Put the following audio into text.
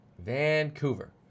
Vancouver